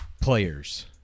players